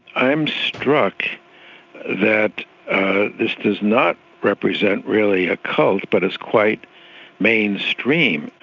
i'm struck that this does not represent really a cult but is quite mainstream.